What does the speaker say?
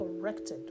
corrected